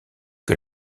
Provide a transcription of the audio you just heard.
que